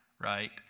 right